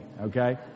okay